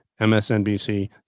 MSNBC